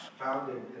founded